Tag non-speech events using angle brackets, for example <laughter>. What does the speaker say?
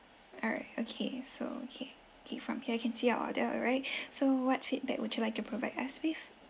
alright okay so okay K from here I can see your order alright <breath> so what feedback would you like to provide us with